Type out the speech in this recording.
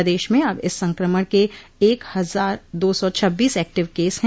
प्रदेश में अब इस संक्रमण के एक हजार दो सौ छब्बीस एक्टिव केस है